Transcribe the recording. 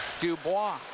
Dubois